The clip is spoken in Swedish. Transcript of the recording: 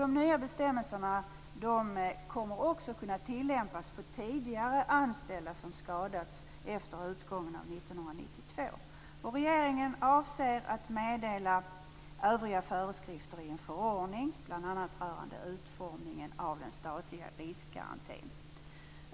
De nya bestämmelserna kommer också att kunna tillämpas för tidigare anställda som skadats efter utgången av 1992. Regeringen avser att meddela övriga föreskrifter i en förordning bl.a. rörande utformningen av den statliga riskgarantin.